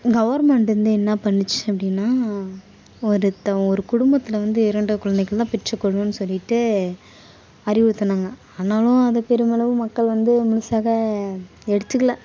government வந்து என்ன பண்ணுச்சு அப்படின்னா ஒருத்தங்க ஒரு குடும்பத்தில் வந்து இரண்டு குழந்தைகள் தான் பெற்றுக் கொள்ளணும்ன்னு சொல்லிவிட்டு அறிவுறுத்தினாங்க ஆனாலும் அது பெருமளவு மக்கள் வந்து முழுசாக எடுத்துக்கல